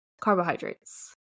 carbohydrates